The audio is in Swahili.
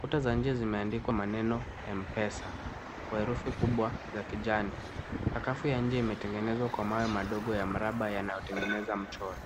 Kuta za nje zimeandikwa maneno ya Mpesa kwa herufi kubwa za kijani. Sakafu ya nje imetengenezwa kwa mawe madogo ya mraba yanayotengeneza mchoro.